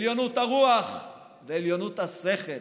עליונות הרוח ועליונות השכל.